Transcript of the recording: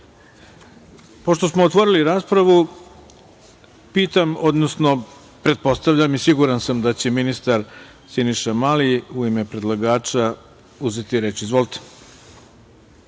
smo otvorili raspravu, pitam, odnosno pretpostavljam i siguran sam da će ministar Siniša Mali u ime predlagača uzeti reč. Izvolite.